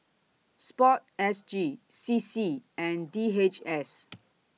Sport S G C C and D H S